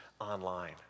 online